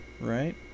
right